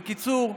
בקיצור,